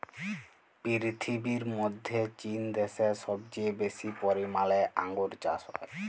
পীরথিবীর মধ্যে চীন দ্যাশে সবচেয়ে বেশি পরিমালে আঙ্গুর চাস হ্যয়